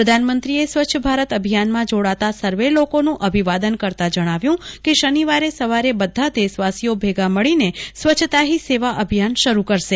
પ્રધાનમંત્રીએ સ્વચ્છ ભારત અભિયાનમાં જોડાતા સર્વે લોકોનું અભિવાદન કરતાં જણાવ્યું કે શનિવારે બધા દેશવાસીઓ ભેગા મળીને સ્વચ્છતા હી સેવા અભિયાન શરૂ કરશે